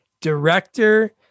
director